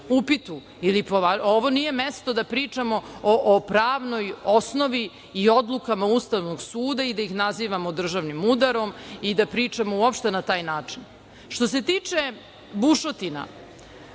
ili po vašem. Ovo nije mesto da pričamo o pravnoj osnovi i odlukama Ustavnog suda i da ih nazivamo državnim udarom i da pričamo uopšte na taj način. Što se tiče bušotina,